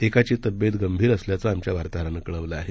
एकाची तब्येत गंभीर असल्याचं आमच्या वार्ताहरानं कळवलं आहे